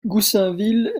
goussainville